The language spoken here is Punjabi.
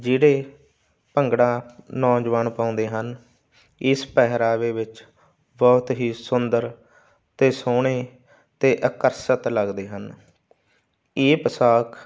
ਜਿਹੜੇ ਭੰਗੜਾ ਨੌਜਵਾਨ ਪਾਉਂਦੇ ਹਨ ਇਸ ਪਹਿਰਾਵੇ ਵਿੱਚ ਬਹੁਤ ਹੀ ਸੁੰਦਰ ਅਤੇ ਸੋਹਣੇ ਅਤੇ ਆਕਰਸ਼ਿਤ ਲੱਗਦੇ ਹਨ ਇਹ ਪੌਸ਼ਾਕ